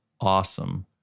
awesome